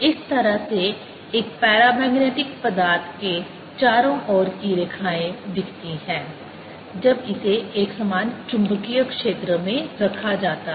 इस तरह से एक पैरामैग्नेटिक पदार्थ के चारों ओर की रेखाएं दिखती हैं जब इसे एकसमान चुंबकीय क्षेत्र में रखा जाता है